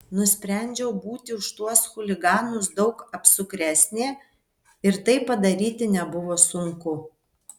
nusprendžiau būti už tuos chuliganus daug apsukresnė ir tai padaryti nebuvo sunku